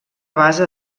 base